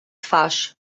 twarz